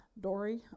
Dory